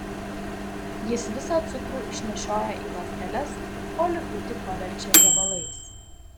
jis visą cukrų išnešioja į ląsteles o likutį paverčia riebalais